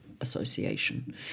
association